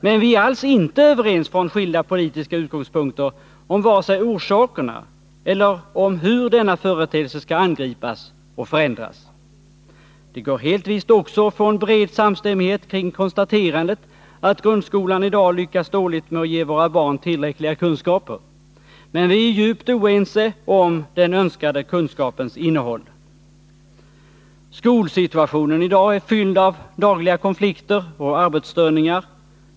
Men vi är alls inte överens, från skilda politiska utgångspunkter, vare sig om orsakerna eller om hur denna företeelse skall angripas och förändras. Det går helt visst också att få bred samstämmighet kring konstaterandet att grundskolan i dag lyckats dåligt med att ge våra barn tillräckliga kunskaper. Men vi är djupt oense om den önskade kunskapens innehåll. Skolsituationen i dag är fylld av dagliga konflikter och arbetsstörningar.